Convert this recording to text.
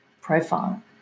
profile